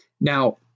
Now